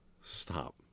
Stop